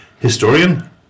Historian